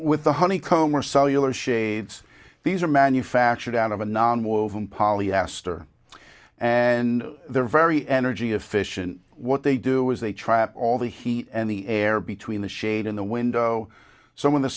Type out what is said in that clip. with the honeycomb or cellular shades these are manufactured out of a non woven polyester and they're very energy efficient what they do is they trap all the heat and the air between the shade in the window so in the